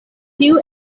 tiu